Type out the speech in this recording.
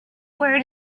where